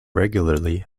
regularly